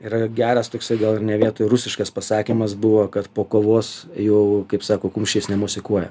yra geras toksai gal ir ne vietoj rusiškas pasakymas buvo kad po kovos jau kaip sako kumščiais nemosikuoja